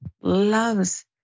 loves